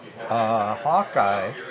Hawkeye